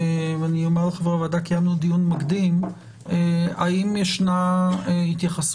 בוועדה אנחנו קיימנו דיון מקדים האם יש התייחסות